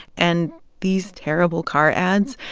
and these terrible car ads,